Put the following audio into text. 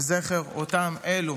לזכר אותם אלה